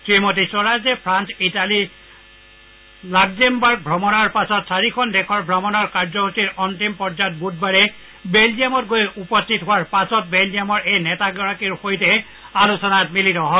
শ্ৰীমতী স্বৰাজে France Italy Luxembourg ভ্ৰমণৰ পাছত চাৰিখন দেশৰ ভ্ৰমণৰ কায্যসূচীৰ অন্তিম পৰ্যায়ত বুধবাৰে বেলজিয়ামত গৈ উপস্থিত হোৱাৰ পাছত বেলজিয়ামৰ এই নেতাগৰাকীৰ সৈতে আলোচনাত মিলিত হয়